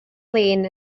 lin